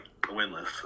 winless